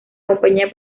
compañía